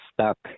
stuck